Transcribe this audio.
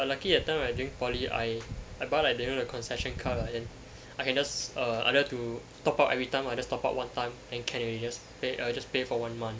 but lucky that time right during poly I I buy like do you know the concession card lah then I can just uh I don't have to top up everytime I just top up one time then can already just pay err just pay for one month